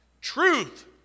Truth